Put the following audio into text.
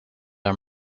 are